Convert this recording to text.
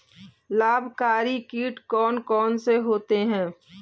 लाभकारी कीट कौन कौन से होते हैं?